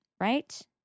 right